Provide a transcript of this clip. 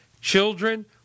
children